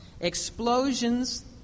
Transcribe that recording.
Explosions